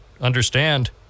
understand